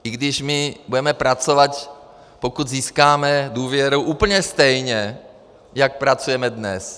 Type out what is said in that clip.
I když my budeme pracovat, pokud získáme důvěru, úplně stejně, jako pracujeme dnes.